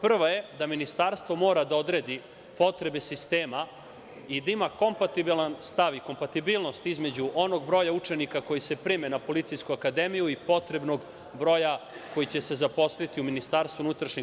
Prva je da Ministarstvo mora da odredi potrebe sistema i da ima kompatibilan stav i kompatibilnost između onog broja učenika koji se prime na Policijsku akademiju i potrebnog broja koji će se zaposliti u MUP-u.